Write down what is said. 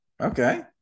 okay